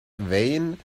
vain